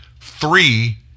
three